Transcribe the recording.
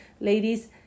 Ladies